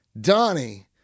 Donnie